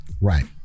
Right